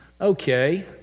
okay